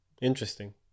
Interesting